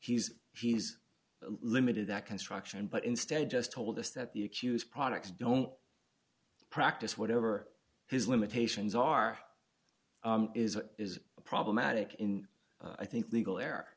he's he's limited that construction but instead just told us that the accused products don't practice whatever his limitations are is what is problematic in i think legal